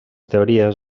teories